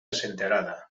senterada